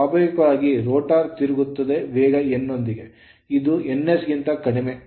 ಸ್ವಾಭಾವಿಕವಾಗಿ rotor ರೋಟರ್ ತಿರುಗುತ್ತದೆ ವೇಗ n ನೊಂದಿಗೆ ಇದು ns ಗಿಂತ ಕಡಿಮೆ